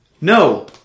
No